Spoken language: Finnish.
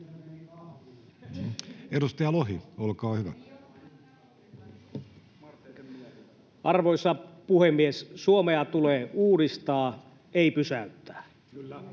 Edustaja Lohi, olkaa hyvä. Arvoisa puhemies! Suomea tulee uudistaa, ei pysäyttää.